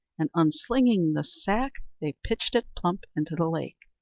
and, unslinging the sack, they pitched it plump into the lake.